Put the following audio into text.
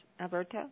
Alberto